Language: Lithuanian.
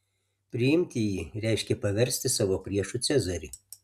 priimti jį reiškė paversti savo priešu cezarį